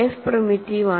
F primitive ആണ്